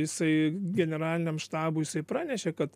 jisai generaliniam štabui jisai pranešė kad